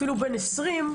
אפילו בן 20,